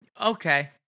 Okay